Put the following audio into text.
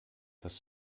dass